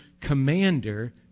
commander